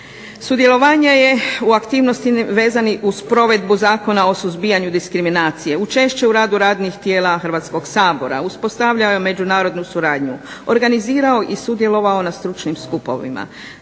sudjelovanje u aktivnosti vezanih uz provedbu Zakona o suzbijanju diskriminacije, učešće u radu radnih tijela Hrvatskog sabora, uspostavljao je međunarodnu suradnju, organizirao i sudjelovao na stručnim skupovima,